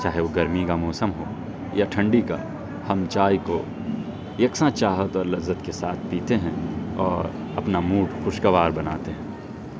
چاہے وہ گرمی کا موسم ہو یا ٹھنڈی کا ہم چائے کو یکساں چاہت اور لذت کے ساتھ پیتے ہیں اور اپنا موڈ خوشگوار بناتے ہیں